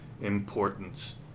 importance